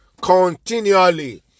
continually